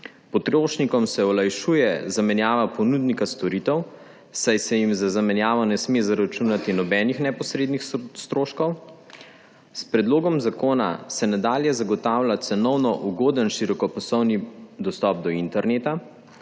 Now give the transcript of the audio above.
potrošnikom se olajšuje zamenjava ponudnika storitev, saj se jim za zamenjavo ne smejo zračunati nobeni neposredni stroški; s predlogom zakona se nadalje zagotavlja cenovno ugoden širokopasovni dostop do interneta;